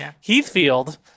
Heathfield